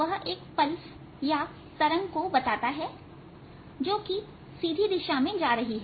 वह एक पल्स या तरंग को बताता है जो कि सीधी दिशा में जा रही है